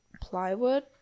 plywood